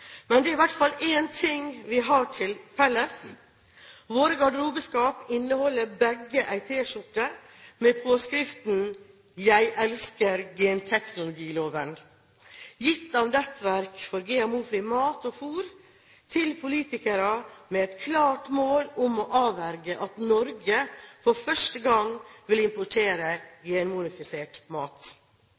men det er i hvert fall én ting vi har til felles: Våre garderobeskap inneholder begge en T-skjorte med påskriften «Jeg elsker genteknologiloven», gitt av Nettverk for GMO-fri mat og fôr til politikere med et klart mål om å avverge at Norge for første gang vil importere genmodifisert mat.